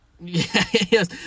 Yes